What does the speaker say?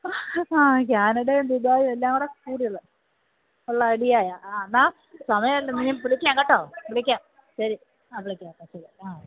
ആ കാനഡയും ദുബായിയും എല്ലാം കൂടെ കൂടിയത് ഉള്ള ഐഡിയ ആണ് എന്നാൽ സമയമില്ല വിളിക്കാം കേട്ടോ വിളിക്കാം ശരി ആ വിളിക്കാം എന്നാൽ ശരി ആ